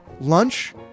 lunch